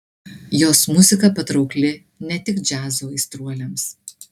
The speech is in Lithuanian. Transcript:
jos muzika patraukli ne tik džiazo aistruoliams